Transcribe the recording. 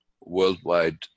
worldwide